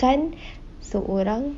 ~kan seorang